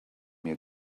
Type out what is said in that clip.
your